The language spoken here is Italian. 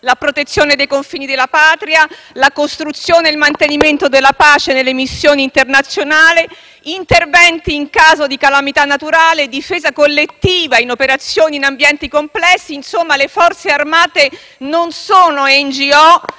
la protezione dei confini della Patria, la costruzione e il mantenimento della pace nelle missioni internazionali, interventi in caso di calamità naturale, difesa collettiva in operazioni in ambienti complessi. Insomma, le Forze armate non sono